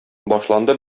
башланды